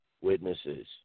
witnesses